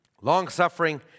long-suffering